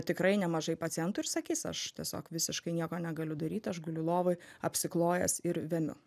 tikrai nemažai pacientų ir sakys aš tiesiog visiškai nieko negaliu daryti aš guliu lovoj apsiklojęs ir vemiu